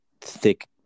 thick